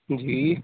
जी